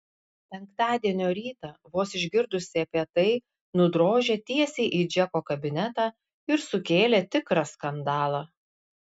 penktadienio rytą vos išgirdusi apie tai nudrožė tiesiai į džeko kabinetą ir sukėlė tikrą skandalą